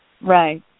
right